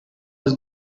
this